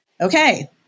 okay